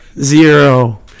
zero